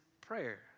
prayer